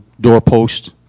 doorpost